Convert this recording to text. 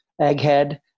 egghead